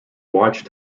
watch